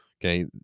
Okay